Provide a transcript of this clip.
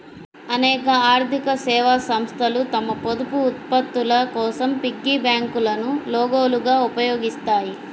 అనేక ఆర్థిక సేవా సంస్థలు తమ పొదుపు ఉత్పత్తుల కోసం పిగ్గీ బ్యాంకులను లోగోలుగా ఉపయోగిస్తాయి